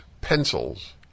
pencils